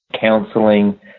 counseling